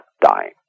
dying